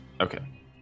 Okay